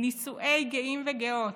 בנישואי גאים וגאות.